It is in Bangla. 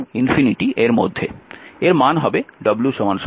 এর মান হবে w 24 জুল